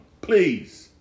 Please